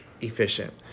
efficient